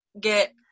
get